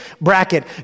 bracket